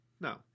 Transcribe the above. No